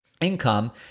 income